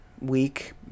week